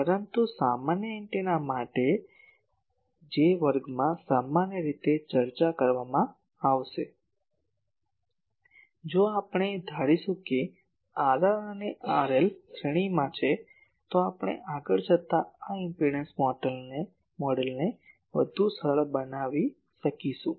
પરંતુ સામાન્ય એન્ટેના માટે જે આ વર્ગમાં સામાન્ય રીતે ચર્ચા કરવામાં આવશે જો આપણે ધારીશું કે Rr અને Rl શ્રેણીમાં છે તો આપણે આગળ જતા આ ઇમ્પેડંસ મોડેલને વધુ સરળ બનાવી શકીશું